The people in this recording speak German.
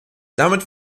damit